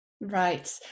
Right